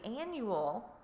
annual